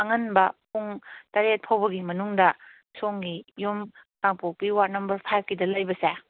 ꯑꯉꯟꯕ ꯄꯨꯡ ꯇꯔꯦꯠ ꯐꯥꯎꯕꯒꯤ ꯃꯅꯨꯡꯗ ꯁꯣꯝꯒꯤ ꯌꯨꯝ ꯀꯥꯡꯄꯣꯛꯄꯤ ꯋꯥꯔ꯭ꯗ ꯅꯝꯕꯔ ꯐꯥꯏꯕꯀꯤꯗ ꯂꯩꯕꯁꯦ